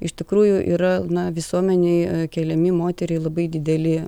iš tikrųjų yra na visuomenei keliami moteriai labai dideli